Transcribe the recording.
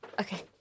Okay